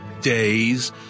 days